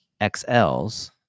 XLS